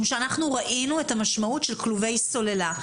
שאנחנו ראינו את המשמעות של כלובי סוללה.